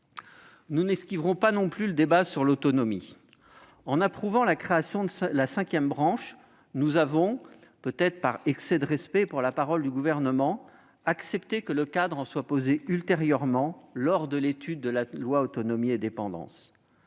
Nous n'esquiverons pas non plus le débat sur l'autonomie. En approuvant la création de la cinquième branche, nous avons- peut-être par excès de respect pour la parole du Gouvernement -accepté que le cadre en soit posé ultérieurement, lors de l'étude d'un projet de loi sur l'autonomie et la dépendance.